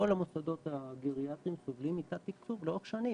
כל המוסדות הגריאטריים סובלים מתת תקצוב לאורך שנים,